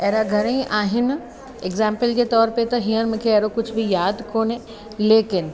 अहिड़ा घणेई आहिनि एग्ज़ाम्पल ते तौर त हींअर मूंखे अहिड़ो कुझु बि याद कोन्हे लेकिन